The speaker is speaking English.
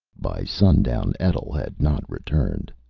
by sundown, etl had not returned.